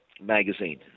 magazine